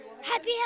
Happy